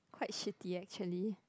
quite shitty actually